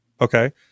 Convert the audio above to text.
Okay